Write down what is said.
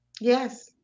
yes